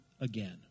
again